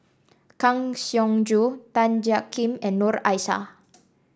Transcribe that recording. Kang Siong Joo Tan Jiak Kim and Noor Aishah